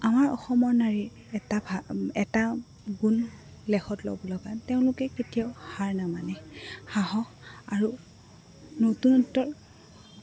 আমাৰ অসমৰ নাৰী এটা ভাল এটা গুণ লেখত ল'ব লগা তেওঁলোকে কেতিয়াও হাৰ নামানে সাহস আৰু নতুনত্বৰ